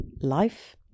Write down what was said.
life